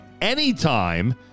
anytime